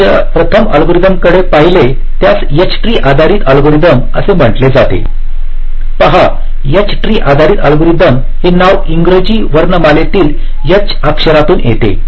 आपण ज्या प्रथम अल्गोरिदमकडे पाहिले त्यास एच ट्री आधारित अल्गोरिदम असे म्हटले जाते पहा एच ट्री आधारित अल्गोरिदम हे नाव इंग्रजी वर्णमालेतील H अक्षरातून येते